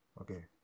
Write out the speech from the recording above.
Okay